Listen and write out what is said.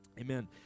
Amen